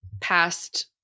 past